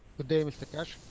day mr keshe.